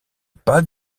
pas